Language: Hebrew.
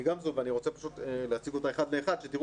גמזו ואני רוצה פשוט להציג אותה אחד לאחד שתראו